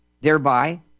thereby